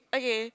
okay